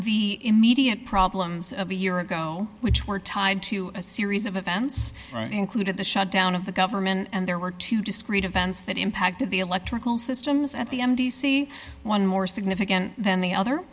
the immediate problems of a year ago which were tied to a series of events right included the shutdown of the government and there were two discrete events that impacted the electrical systems at the m d c one more significant than the other